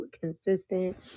consistent